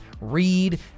read